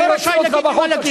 אני אוציא אותך בחוץ.